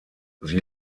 sie